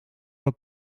dat